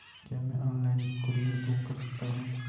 क्या मैं online courier book कर सकता हूँ?